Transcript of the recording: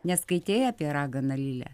neskaitei apie raganą lilę